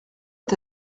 est